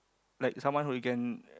like someone whom you can